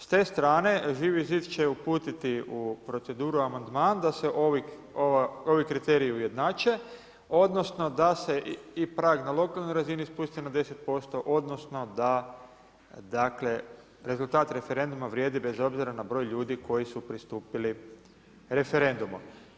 S te strane Živi zid će uputiti u proceduru amandman da se ovi kriteriji ujednače, odnosno da se i prag na lokalnoj razini spusti na 10% odnosno da, dakle rezultat referenduma vrijedi bez obzira na broj ljudi koji su pristupili referendumu.